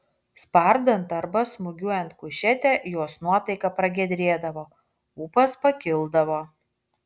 spardant arba smūgiuojant kušetę jos nuotaika pragiedrėdavo ūpas pakildavo